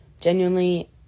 Genuinely